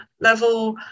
level